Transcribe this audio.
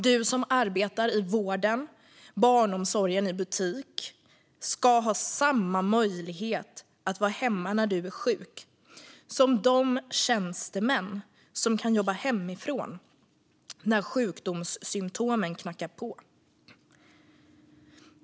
Du som arbetar i vården, barnomsorgen eller i butik ska ha samma möjlighet att vara hemma när du är sjuk som de tjänstemän som kan jobba hemifrån när sjukdomssymtomen knackar på.